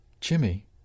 Jimmy